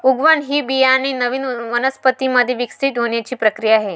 उगवण ही बियाणे नवीन वनस्पतीं मध्ये विकसित होण्याची प्रक्रिया आहे